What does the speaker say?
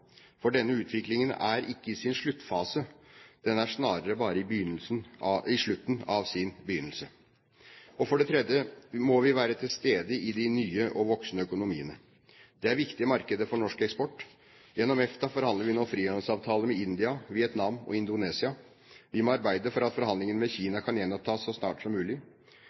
for denne utviklingen er ikke i sin sluttfase, den er snarere bare i slutten av sin begynnelse. Og for det tredje må vi være til stede i de nye og voksende økonomiene. Det er viktige markeder for norsk eksport. Gjennom EFTA forhandler vi nå frihandelsavtaler med India, Vietnam og Indonesia. Vi må arbeide for at forhandlingene med Kina kan gjenopptas så snart som mulig.